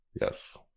Yes